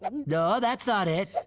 and no, that's not it.